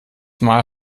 mal